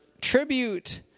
tribute